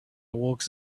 awoke